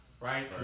Right